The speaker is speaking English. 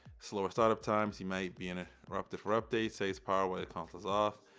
slower startup time, you might be and ah interrupted for updates, saves power when the consoles off.